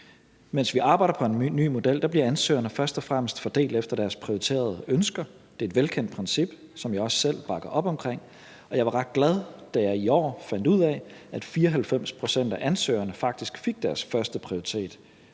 Mens vi arbejder på en ny model, bliver ansøgerne først og fremmest fordelt efter deres prioriterede ønske. Det er et velkendt princip, som jeg også selv bakker op omkring, og jeg var ret glad, da jeg fandt ud af, at 94 pct. af ansøgerne faktisk fik deres førsteprioritet